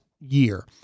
year